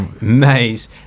Maze